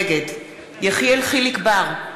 נגד יחיאל חיליק בר,